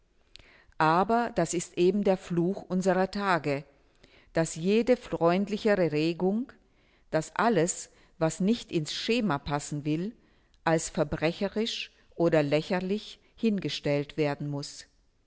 aber das ist eben der fluch unserer tage daß jede freundlichere regung daß alles was nicht ins schema passen will als verbrecherisch oder lächerlich hingestellt werden muß